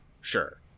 Sure